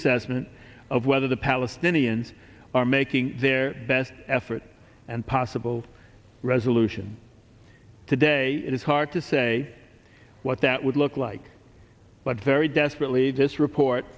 assessment of whether the palestinians are making their best effort and possible resolution today it is hard to say what that would look like but very desperately this report